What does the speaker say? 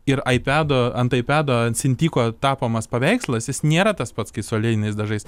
ir aipedo ant aipedo ant sintiko tapomas paveikslas jis nėra tas pats kai su aliejiniais dažais